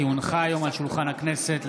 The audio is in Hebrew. כי הונחה היום על שולחן הכנסת,